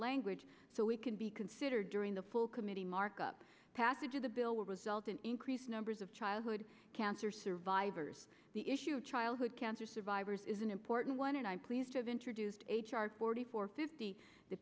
language so we can be considered during the full committee markup passage of the bill will result in increased numbers of childhood cancer survivors the issue of childhood cancer survivors is an important one and i'm pleased to have introduced a chart forty four fifty the